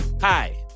Hi